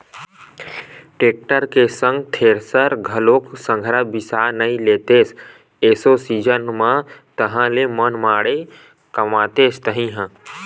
tractor के संग thresher घलोक संघरा बिसा नइ लेतेस एसो सीजन म ताहले मनमाड़े कमातेस तही ह